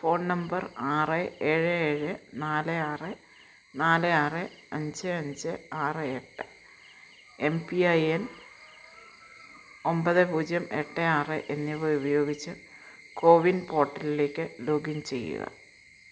phone number ആറ് ഏഴ് ഏഴ് നാല് ആറ് നാല് ആറ് അഞ്ച് അഞ്ച് ആറ് എട്ട് എം പി ഐ എൻ ഒമ്പത് പൂജ്യം എട്ട് ആറ് എന്നിവ ഉപയോഗിച്ച് കോവിൻ പോർട്ടലിലേക്ക് ലോഗിൻ ചെയ്യുക